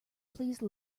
please